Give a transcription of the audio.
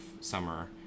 summer